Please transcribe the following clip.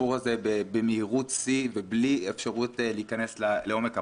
לסיפור הזה במהירות שיא ובלי אפשרות להיכנס לעומק הפרטים.